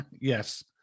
Yes